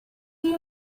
you